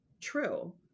true